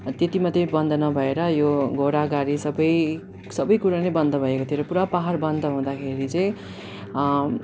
त्यति मात्रै बन्द नभएर यो घोडागाडी सबै सबैकुरा नै बन्द भएको थियो र पुरा पाहाड बन्द हुदाँखेरि चाहिँ